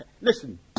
Listen